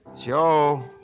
Joe